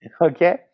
Okay